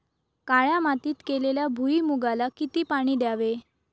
काळ्या मातीत केलेल्या भुईमूगाला किती पाणी द्यावे?